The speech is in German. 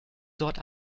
dort